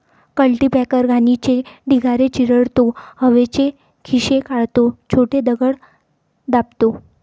cultipacker घाणीचे ढिगारे चिरडतो, हवेचे खिसे काढतो, छोटे दगड दाबतो